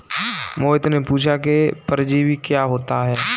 मोहित ने पूछा कि परजीवी क्या होता है?